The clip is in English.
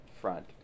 front